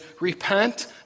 repent